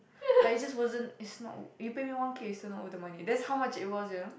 like it just wasn't is not you pay me one K it's still not worth the money that's how much it was you know